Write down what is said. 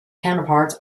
counterparts